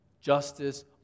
Justice